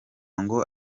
ngo